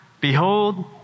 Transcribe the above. behold